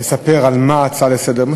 לספר על מה ההצעה לסדר-היום,